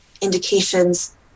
indications